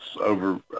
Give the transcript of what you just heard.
over